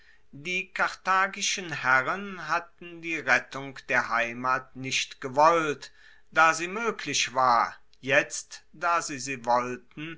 die karthagischen herren hatten die rettung der heimat nicht gewollt da sie moeglich war jetzt da sie sie wollten